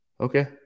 Okay